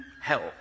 help